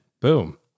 boom